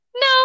No